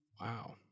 Wow